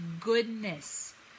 goodness